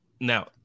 now